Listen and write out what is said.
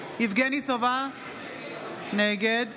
יבגני סובה, נגד